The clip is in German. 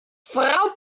frau